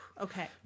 Okay